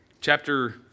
Chapter